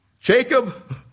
Jacob